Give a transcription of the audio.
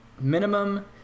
Minimum